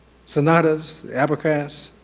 sonatas, the abacus.